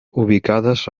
ubicades